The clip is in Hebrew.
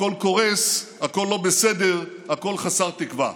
הכול קורס, הכול לא בסדר, הכול חסר תקווה.